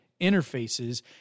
interfaces